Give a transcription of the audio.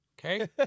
Okay